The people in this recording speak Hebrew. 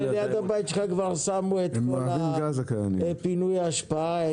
ליד הבית שלך שמו את כל פינוי האשפה,